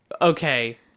Okay